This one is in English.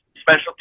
special